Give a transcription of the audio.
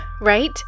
right